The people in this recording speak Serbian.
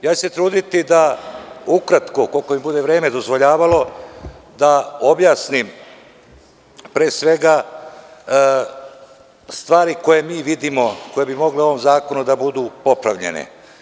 Trudiću se da ukratko, koliko mi vreme bude dozvoljavalo da objasnim pre svega stvari koje mi vidimo, koje bi mogle u ovom zakonu da budu popravljene.